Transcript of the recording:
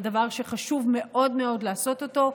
זה דבר שחשוב מאוד מאוד לעשות אותו,